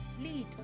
lead